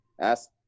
Ask